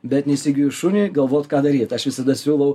bet ne įsigijus šuniui galvot ką daryt aš visada siūlau